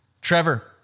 Trevor